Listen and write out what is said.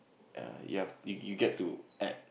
err you have you you get to add